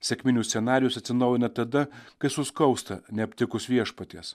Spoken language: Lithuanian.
sekminių scenarijus atsinaujina tada kai suskausta neaptikus viešpaties